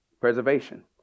Preservation